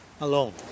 alone